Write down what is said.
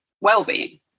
well-being